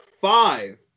five